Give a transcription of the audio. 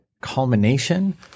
culmination